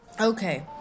Okay